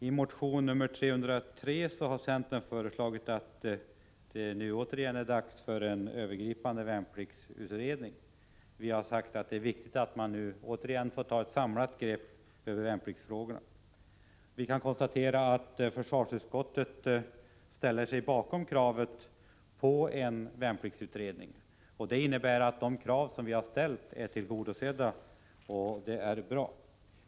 I motion 303 har centern framfört att det återigen är dags för en övergripande värnpliktsutredning, och vi har därvid pekat på att det är viktigt att man tar ett samlat grepp över värnpliktsfrågorna. Vi kan konstatera att försvarsutskottet ställer sig bakom kravet på en värnpliktsutredning. Det innebär att våra krav är tillgodosedda, och det är bra.